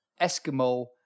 Eskimo